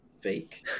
fake